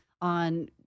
on